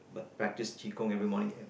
but practise Qi Gong every morning and